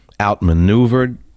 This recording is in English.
outmaneuvered